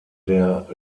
der